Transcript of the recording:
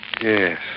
Yes